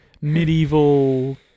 medieval